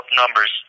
numbers